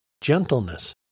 gentleness